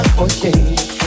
Okay